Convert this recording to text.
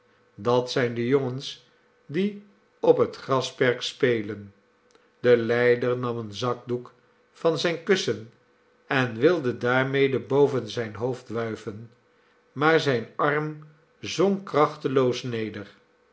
het zijn de jongens die op het grasperk spelen de lijder nam een zakdoek van zijn kussen en wilde daarmede boven zijn hoofd wuiven maar zijn arm zonk krachteloos neder